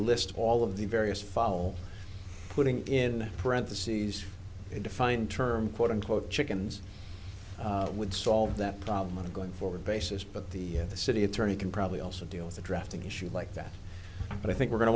list all of the various follow putting in parentheses a defined term quote unquote chickens would solve that problem going forward basis but the city attorney can probably also deal with the drafting issue like that but i think we're go